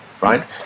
right